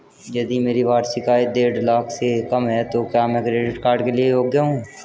यदि मेरी वार्षिक आय देढ़ लाख से कम है तो क्या मैं क्रेडिट कार्ड के लिए योग्य हूँ?